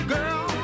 Girl